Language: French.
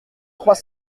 trois